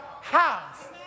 house